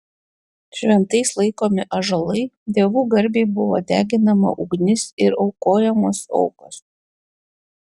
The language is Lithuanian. šventais laikomi ąžuolai dievų garbei buvo deginama ugnis ir aukojamos aukos